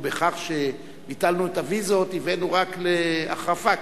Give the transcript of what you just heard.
בכך שביטלנו את הויזות הבאנו רק להחרפה.